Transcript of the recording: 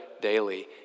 daily